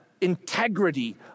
integrity